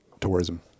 tourism